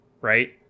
right